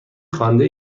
خوانده